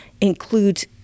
includes